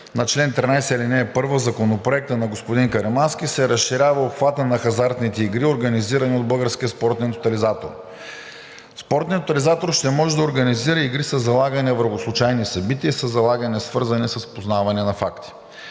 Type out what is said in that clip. на чл. 13, ал. 1 в Законопроекта на господин Каримански разширяват обхвата на хазартните игри, организирани от Българския спортен тотализатор. Спортният тотализатор ще може да организира игри със залагания върху случайни събития, със залагания, свързани с познаване на факти.